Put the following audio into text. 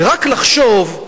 ורק לחשוב,